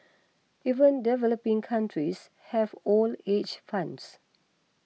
even developing countries have old age funds